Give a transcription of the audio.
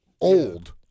old